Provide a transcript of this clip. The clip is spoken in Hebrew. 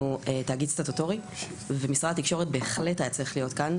אנחנו תאגיד סטטוטורי ומשרד התקשורת בהחלט היה צריך להיות כאן,